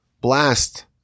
blast